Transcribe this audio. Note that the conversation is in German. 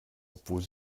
obwohl